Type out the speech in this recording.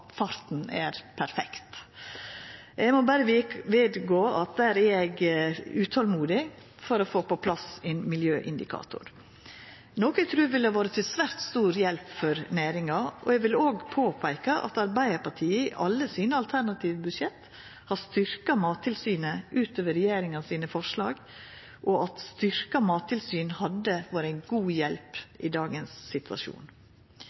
framdrifta er perfekt. Eg må berre vedgå at der er eg utolmodig etter å få på plass ein miljøindikator, noko eg trur ville vore til svært stor hjelp for næringa. Eg vil òg påpeika at Arbeidarpartiet i alle sine alternative budsjett har styrkt Mattilsynet utover regjeringa sine forslag, og at styrkt mattilsyn hadde vore ein god hjelp i dagens situasjon.